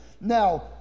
Now